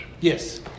Yes